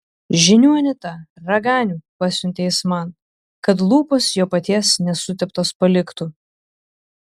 žiniuonį tą raganių pasiuntė jis man kad lūpos jo paties nesuteptos paliktų